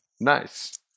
Nice